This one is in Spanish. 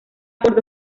por